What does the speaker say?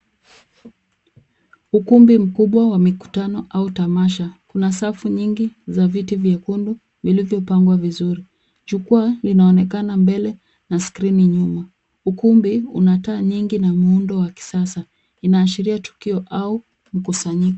Ukumbi mkubwa wa miktano au tamasha. Kuna safu nyingi za viti vyekundu vilivyopangwa vizuri . Jukwaa linaonekana mbele na skrini nyuma. Ukumbi unataa nyingi na muundo wa kisasa inaashiria tukio au mkusanyiko.